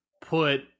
put